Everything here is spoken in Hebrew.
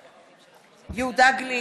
בעד יהודה גליק,